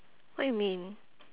what you mean